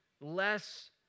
less